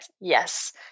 yes